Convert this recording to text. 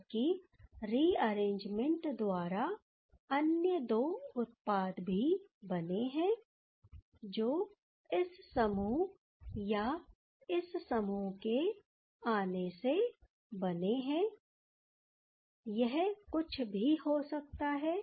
जबकि रिअरेंजमेंट द्वारा अन्य दो उत्पाद भी बने हैं जो इस समूह या इस समूह के आने से बने है यह कुछ भी हो सकता है